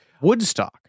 Woodstock